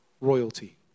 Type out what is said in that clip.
royalty